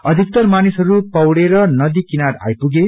अधिकतर मानिसहरू पौड़दै नदी किनार आइपुगे